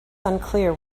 unclear